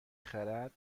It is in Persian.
خرد